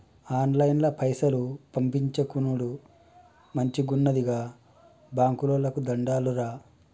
ఆన్లైన్ల పైసలు పంపిచ్చుకునుడు మంచిగున్నది, గా బాంకోళ్లకు దండాలురా